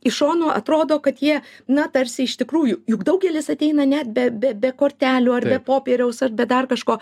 iš šono atrodo kad jie na tarsi iš tikrųjų juk daugelis ateina ne be be be kortelių ar be popieriaus ar be dar kažko